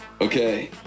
Okay